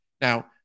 Now